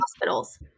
hospitals